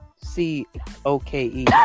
c-o-k-e